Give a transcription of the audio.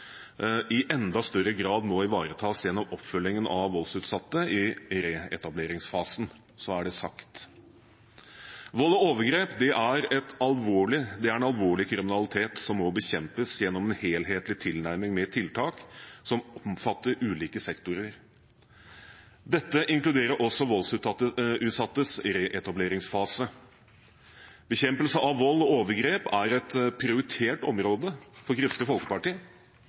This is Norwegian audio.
i enda større grad må ivaretas gjennom oppfølgingen av voldsutsatte i reetableringsfasen. Så er det sagt. Vold og overgrep er alvorlig kriminalitet som må bekjempes gjennom en helhetlig tilnærming, med tiltak som omfatter ulike sektorer. Dette inkluderer også voldsutsattes reetableringsfase. Bekjempelse av vold og overgrep er et prioritert område for Kristelig Folkeparti,